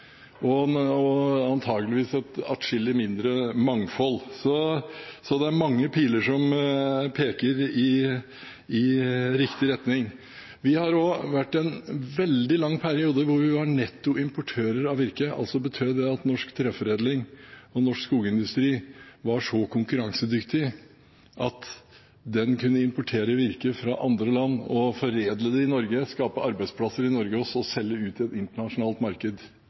og antakeligvis et atskillig mindre mangfold. Så det er mange piler som peker i riktig retning. Vi har også hatt en veldig lang periode hvor vi var nettoimportører av virke. Det betød altså at norsk treforedling og norsk skogindustri var så konkurransedyktig at den kunne importere virke fra andre land, foredle det i Norge, skape arbeidsplasser i Norge og så selge ut i et internasjonalt marked.